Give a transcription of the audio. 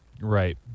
Right